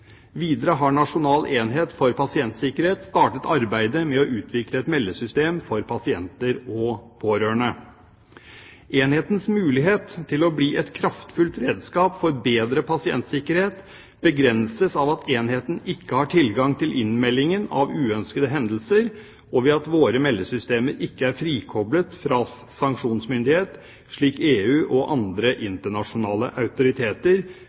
Videre har Nasjonal enhet for pasientsikkerhet startet arbeidet med å utvikle et meldesystem for pasienter og pårørende. Enhetens mulighet til å bli et kraftfullt redskap for bedre pasientsikkerhet begrenses av at enheten ikke har tilgang til innmeldingen av uønskede hendelser og ved at våre meldesystemer ikke er frikoblet fra sanksjonsmyndighet, slik EU og andre internasjonale autoriteter